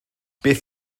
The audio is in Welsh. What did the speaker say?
beth